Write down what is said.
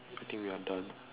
good thing we are done